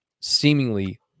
seemingly